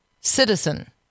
Citizen